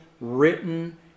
written